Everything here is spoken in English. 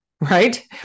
right